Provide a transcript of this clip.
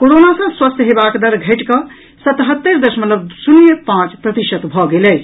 corona सँ स्वस्थ हेबाक दर घटिकऽ सतहत्तरि दशमलव शून्य पांच प्रतिशत भऽ गेल अछि